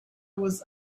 was